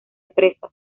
presas